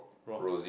Ross